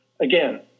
Again